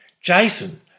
Jason